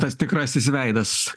tas tikrasis veidas